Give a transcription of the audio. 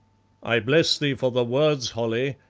i bless thee for the words, holly,